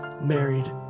married